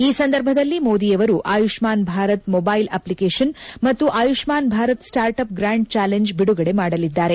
ಈ ಸಂದರ್ಭದಲ್ಲಿ ಮೋದಿಯವರು ಆಯುಷ್ನಾನ್ ಭಾರತ್ ಮೊಬೈಲ್ ಅಖ್ಲಿಕೇಶನ್ ಮತ್ತು Ayushman Bharat start up grand challenge ಬಿಡುಗಡೆ ಮಾಡಲಿದ್ದಾರೆ